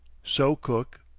soucook,